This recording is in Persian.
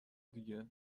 دیگه